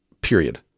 period